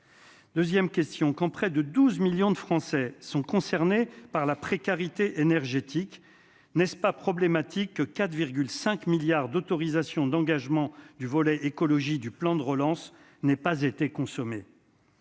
2ème question quand près de 12 millions de Français sont concernés par la précarité énergétique n'est-ce pas problématique que 4 5 milliards d'autorisations d'engagement du volet écologie du plan de relance n'aient pas été consommé.